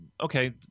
Okay